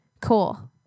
cool